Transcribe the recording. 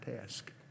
task